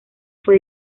fue